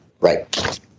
Right